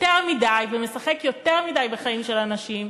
יותר מדי, ומשחק יותר מדי בחיים של אנשים.